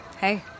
hey